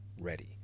ready